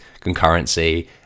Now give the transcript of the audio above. concurrency